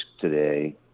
today